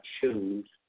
choose